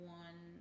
one